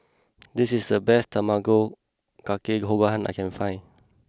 this is the best Tamago kake gohan that I can find